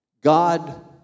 God